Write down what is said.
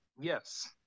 Yes